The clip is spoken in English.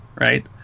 Right